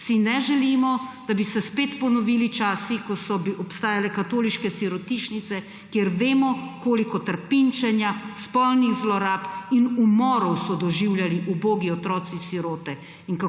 si ne želimo, da bi se spet ponovili časi, ko so obstajale katoliške sirotišnice, kjer vemo, koliko trpinčenja, spolnih zlorab in umorov so doživljali ubogi otroci, sirote